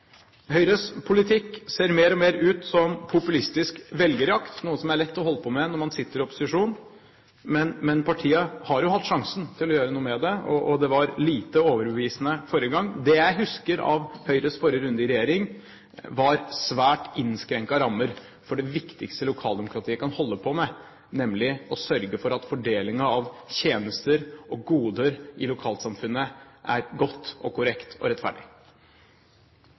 Høyres politikk ser mer og mer ut som en populistisk velgerjakt, noe som er lett å holde på med når man sitter i opposisjon. Men partiet har jo hatt sjansen til å gjøre noe med det, og det var lite overbevisende forrige gang. Det jeg husker av Høyres forrige runde i regjering, var svært innskrenkede rammer for det viktigste lokaldemokratiet kan holde på med, nemlig å sørge for at fordelingen av tjenester og goder i lokalsamfunnet er god og korrekt og rettferdig.